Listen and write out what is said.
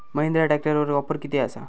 महिंद्रा ट्रॅकटरवर ऑफर किती आसा?